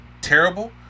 terrible